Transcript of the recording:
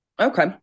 okay